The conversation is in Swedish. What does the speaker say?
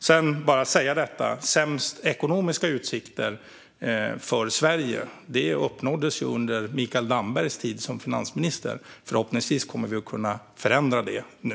Sedan vill jag bara säga att de sämsta ekonomiska utsikterna för Sverige uppnåddes under Mikael Dambergs tid som finansminister. Förhoppningsvis kommer vi att kunna förändra det nu.